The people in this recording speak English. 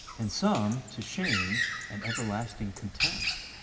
and some to shame and everlasting contempt.